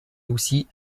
aussi